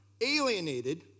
alienated